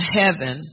heaven